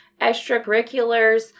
extracurriculars